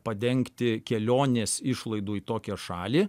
padengti kelionės išlaidų į tokią šalį